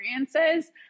experiences